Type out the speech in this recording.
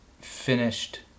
finished